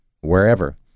wherever